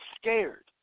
scared